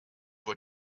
what